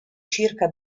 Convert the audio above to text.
circa